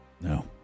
No